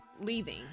leaving